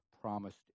promised